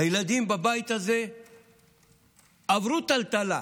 שהילדים בבית הזה עברו טלטלה,